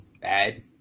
bad